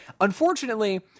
Unfortunately